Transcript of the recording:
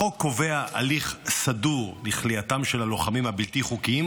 החוק קובע הליך סדור לכליאתם של הלוחמים הבלתי-חוקיים,